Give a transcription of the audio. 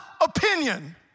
opinion